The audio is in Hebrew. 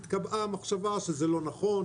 התקבעה המחשבה שזה לא נכון,